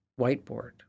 Whiteboard